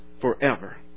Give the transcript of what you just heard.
forever